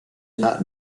not